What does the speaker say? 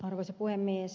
arvoisa puhemies